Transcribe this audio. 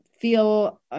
feel